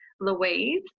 louise